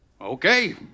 Okay